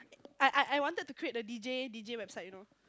I I I wanted to create the D_J D_J website you know